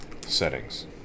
settings